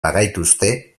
bagaituzte